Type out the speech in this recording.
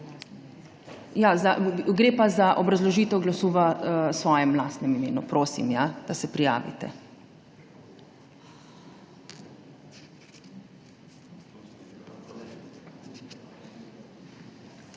Gre pa za obrazložitev glasu v svojem lastnem imenu. Prosim, ja, da se prijavite.